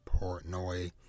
Portnoy